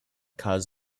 caused